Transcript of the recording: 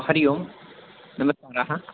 हरिः ओं नमस्कारः